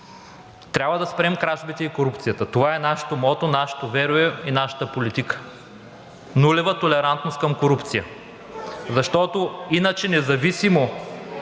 Трябва да спрем кражбите и корупцията – това е нашето мото, нашето верую и нашата политика! Нулева толерантност към корупция, защото иначе независимо